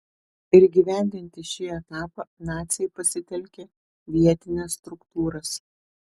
ir įgyvendinti šį etapą naciai pasitelkė vietines struktūras